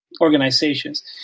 organizations